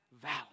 valley